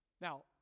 Now